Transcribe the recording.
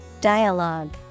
Dialogue